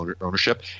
ownership